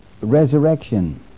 resurrection